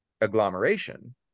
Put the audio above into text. agglomeration